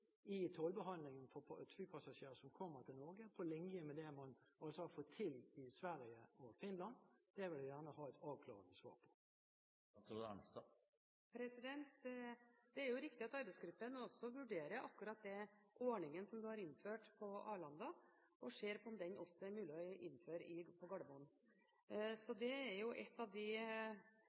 i tollbehandlingen for flypassasjerer som kommer til Norge – på linje med det man har fått til i Sverige og Finland? Det vil jeg gjerne ha et avklarende svar på. Det er riktig at arbeidsgruppen også vurderer akkurat den ordningen som har blitt innført på Arlanda, og ser på om det er mulig å innføre den på Gardermoen. Det er et av